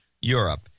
Europe